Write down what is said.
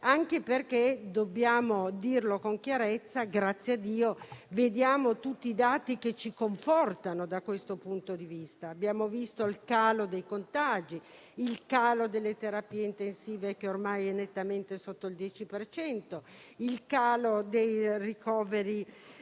anche perché - dobbiamo dirlo con chiarezza - vediamo che tutti i dati ci confortano da questo punto di vista. Abbiamo visto il calo dei contagi, il calo delle terapie intensive (ormai è nettamente sotto il 10 per cento), il calo dei ricoveri